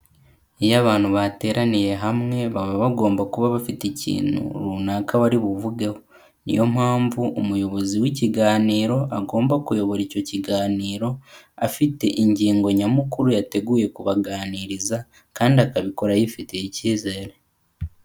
Iyo abantu bateraniye hamwe baba bagomba kuba bafite ikintu runaka bari buvugeho, ni yo mpamvu umuyobozi w'ikiganiro agomba kuyobora icyo kiganiro, afite ingingo nyamukuru yateguye kubaganiriza kandi akabikora yifitiye icyizere.